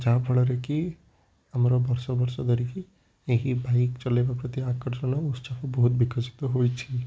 ଯାହାଫଳରେକି ଆମର ବର୍ଷ ବର୍ଷ ଧରିକି ଏହି ବାଇକ୍ ଚଲେଇବା ପ୍ରତି ଆକର୍ଷଣ ବହୁତ ବିକଶିତ ହୋଇଛି